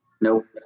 nope